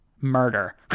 murder